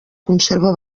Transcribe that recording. conserva